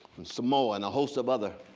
and samoa, and a host of other